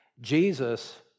Jesus